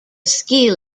ski